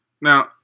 Now